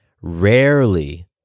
Rarely